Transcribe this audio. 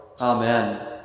Amen